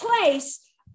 place